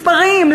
מספרים,